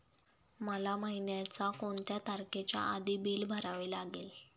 मला महिन्याचा कोणत्या तारखेच्या आधी बिल भरावे लागेल?